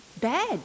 Bed